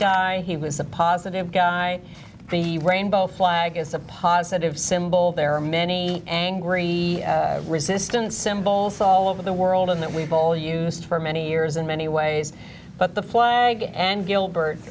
guy he was a positive guy the rainbow flag is a positive symbol there are many angry resistance symbols all over the world and that we've all used for many years in many ways but the flag and gilbert